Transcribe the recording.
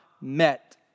met